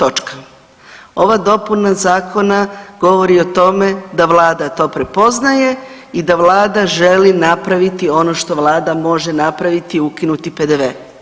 Ova dopuna zakona govori o tome da vlada to prepoznaje i da vlada želi napraviti ono što vlada može napraviti ukinuti PDV.